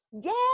Yes